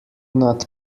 not